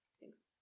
Thanks